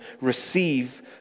Receive